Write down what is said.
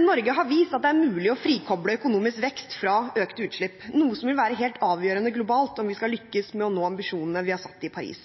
Norge har vist at det er mulig å frikoble økonomisk vekst fra økte utslipp, noe som vil være helt avgjørende globalt om vi skal lykkes med å nå ambisjonene vi har satt oss i Paris.